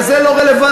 ו"זה לא רלוונטי".